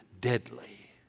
deadly